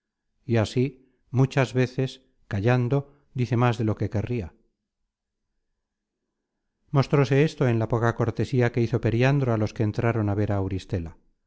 y así muchas veces callando dice más de lo que querria mostróse esto en la poca cortesía que hizo periandro á los que entraron á ver á auristela